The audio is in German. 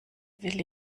will